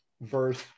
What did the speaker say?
verse